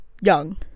young